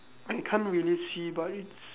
I can't really see by its